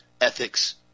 ethics